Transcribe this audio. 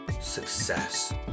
success